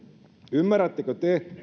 ymmärrättekö te